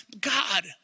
God